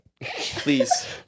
Please